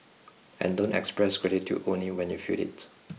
and don't express gratitude only when you feel it